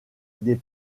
des